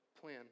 plan